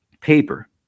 paper